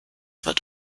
wird